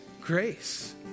grace